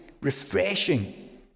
refreshing